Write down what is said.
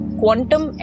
quantum